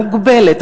המוגבלת,